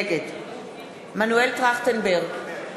נגד מנואל טרכטנברג,